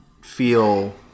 feel